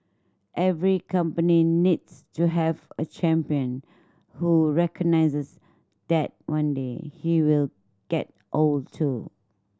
every company needs to have a champion who recognises that one day he will get old too